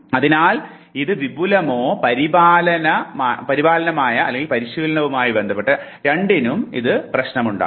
അതിനാൽ ഇത് വിപുലമായതോ പരിപാലനമയ പരിശീലനമോ രണ്ടിനും പ്രശ്നമുണ്ടാകും